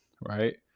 Right